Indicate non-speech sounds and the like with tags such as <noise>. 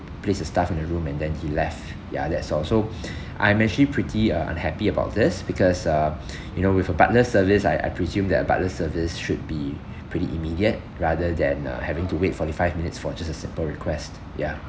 place the stuff in the room and then he left ya that's all so <breath> I'm actually pretty uh unhappy about this because uh <breath> you know with a butler service I I presume that a butler service should be pretty immediate rather than uh having to wait forty five minutes for just a simple request ya